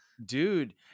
Dude